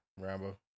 Rambo